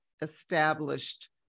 established